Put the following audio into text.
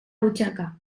butxaca